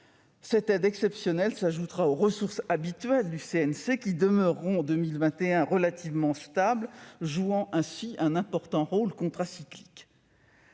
Cette aide exceptionnelle s'ajoutera aux ressources habituelles du CNC, qui demeureront, en 2021, relativement stables, jouant ainsi un important rôle contracyclique.